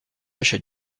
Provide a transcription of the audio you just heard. achète